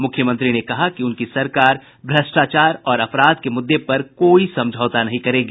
मुख्यमंत्री ने कहा कि उनकी सरकार भ्रष्टाचार और अपराध के मुद्दे पर कोई समझौता नहीं करेगी